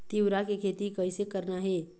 तिऊरा के खेती कइसे करना हे?